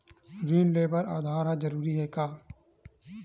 ऋण ले बर आधार ह जरूरी हे का?